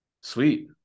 sweet